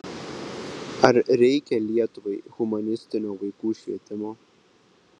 ar reikia lietuvai humanistinio vaikų švietimo